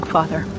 Father